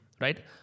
right